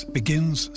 begins